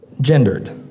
gendered